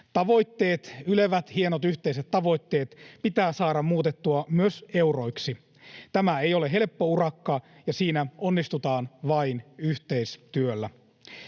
hallituskausien. Ylevät, hienot, yhteiset tavoitteet pitää saada muutettua myös euroiksi. Tämä ei ole helppo urakka, ja siinä onnistutaan vain yhteistyöllä.